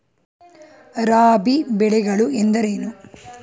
ರಾಬಿ ಬೆಳೆಗಳು ಎಂದರೇನು?